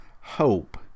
Hope